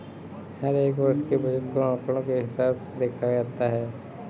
हर एक वर्ष की बचत को आंकडों के हिसाब से देखा जाता है